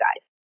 guys